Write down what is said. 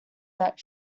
that